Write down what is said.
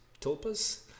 tulpas